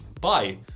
Bye